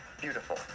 beautiful